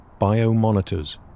biomonitors